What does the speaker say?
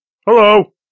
hello